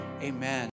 amen